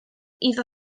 iddo